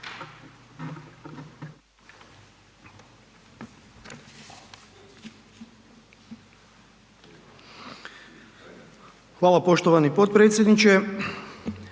Hvala poštovani potpredsjedniče.